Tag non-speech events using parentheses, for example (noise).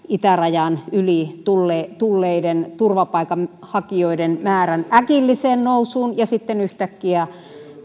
(unintelligible) itärajan yli tulleiden turvapaikanhakijoiden määrän äkilliseen nousuun ja sitten yhtäkkiä